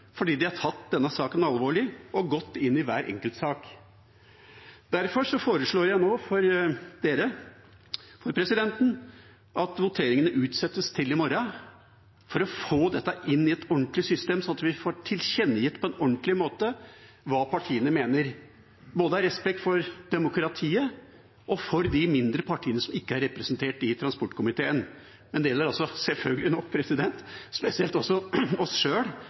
fordi man har tatt denne saken alvorlig og gått inn i hver enkeltsak. Derfor foreslår jeg nå for Stortinget og presidenten at voteringene utsettes til i morgen for å få dette ordentlig inn i systemet, slik at vi får tilkjennegitt på en ordentlig måte hva partiene mener – av respekt både for demokratiet og for de mindre partiene som ikke er representert i transportkomiteen. Det gjelder selvfølgelig